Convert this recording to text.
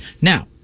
Now